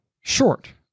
short